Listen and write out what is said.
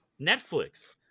Netflix